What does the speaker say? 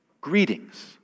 Greetings